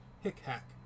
hick-hack